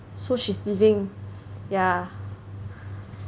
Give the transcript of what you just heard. so she's leaving yeah